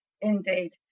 indeed